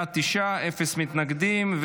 בעד, תשעה, אפס מתנגדים.